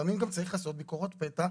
לפעמים גם צריך לעשות ביקורות פתע.